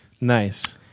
Nice